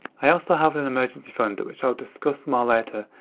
i also have an emergency fund which i'll discuss more later.